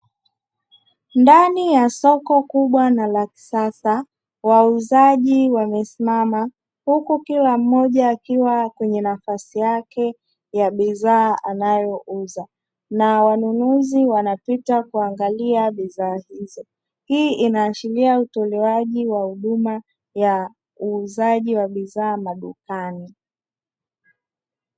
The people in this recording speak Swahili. Ndani ya soko kubwa na la kisasa, wauzaji wamesimama huku kila mmoja akiwa kwenye nafasi yake ya bidhaa anayouza na wanunuzi wanapita kuangalia bidhaa hizo. Hii inaashiria utolewaji wa huduma ya uuzaji wa bidhaa madukani.